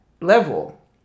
level